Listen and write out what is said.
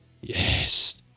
Yes